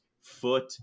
foot